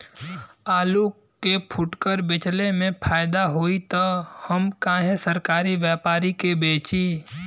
आलू के फूटकर बेंचले मे फैदा होई त हम काहे सरकारी व्यपरी के बेंचि?